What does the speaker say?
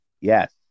Yes